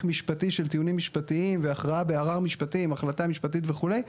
משפטי של טיעונים משפטיים והכרעה בערר משפטי עם החלטה משפטית וכו'.